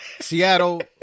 Seattle